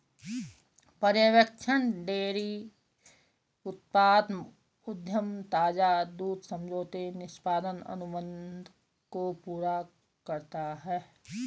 पर्यवेक्षण डेयरी उत्पाद उद्यम ताजा दूध समझौते निष्पादन अनुबंध को पूरा करता है